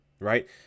right